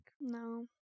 no